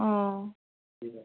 ও